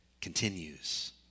continues